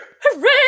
Hooray